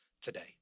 today